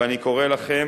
ואני קורא לכם